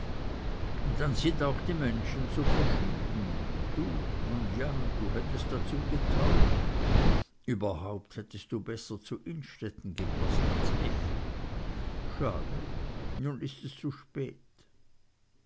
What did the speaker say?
und dann sind auch die menschen so verschieden du nun ja du hättest dazu getaugt überhaupt hättest du besser zu innstetten gepaßt als effi schade nun ist es zu spät